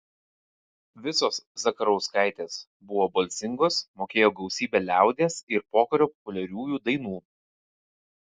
visos zakarauskaitės buvo balsingos mokėjo gausybę liaudies ir pokario populiariųjų dainų